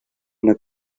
una